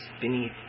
beneath